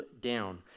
down